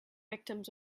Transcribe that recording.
victims